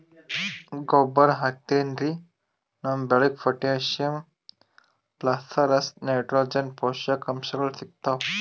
ಗೊಬ್ಬರ್ ಹಾಕಿದ್ರಿನ್ದ ನಮ್ ಬೆಳಿಗ್ ಪೊಟ್ಟ್ಯಾಷಿಯಂ ಫಾಸ್ಫರಸ್ ನೈಟ್ರೋಜನ್ ಪೋಷಕಾಂಶಗಳ್ ಸಿಗ್ತಾವ್